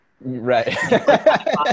Right